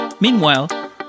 Meanwhile